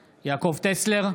טסלר,